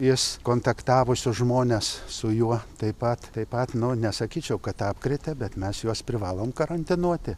jis kontaktavusius žmones su juo taip pat taip pat nu nesakyčiau kad apkrėtė bet mes juos privalom karantinuoti